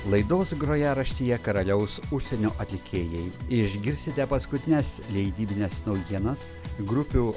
laidos grojaraštyje karaliaus užsienio atlikėjai išgirsite paskutines leidybines naujienas grupių